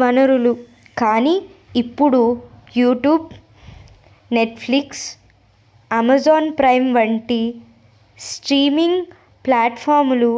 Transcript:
వనరులు కానీ ఇప్పుడు యూట్యూబ్ నెట్ఫ్లిక్స్ అమెజాన్ ప్రైమ్ వంటి స్ట్రీమింగ్ ప్లాట్ఫామ్లు